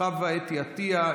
חוה אתי עטייה,